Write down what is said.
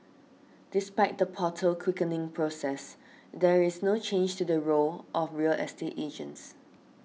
despite the portal quickening process there is no change to the role of real estate agents